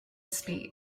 speak